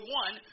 one